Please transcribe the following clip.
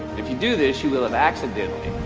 if you do this you will have accidentally,